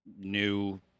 new